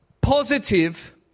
positive